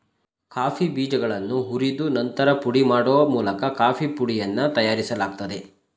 coffee ಬೀಜಗಳನ್ನು ಹುರಿದು ನಂತರ ಪುಡಿ ಮಾಡೋ ಮೂಲಕ ಕಾಫೀ ಪುಡಿಯನ್ನು ತಯಾರಿಸಲಾಗ್ತದೆ